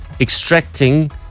extracting